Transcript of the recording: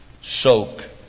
soak